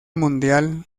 mundial